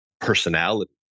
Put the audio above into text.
personality